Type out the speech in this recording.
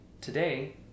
today